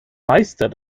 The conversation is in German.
meister